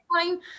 fine